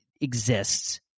exists